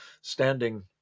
standing